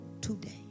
today